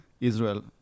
israel